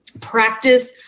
Practice